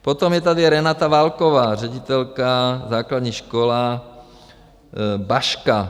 Potom je tady Renata Válková, ředitelka, Základní škola Baška.